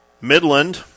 Midland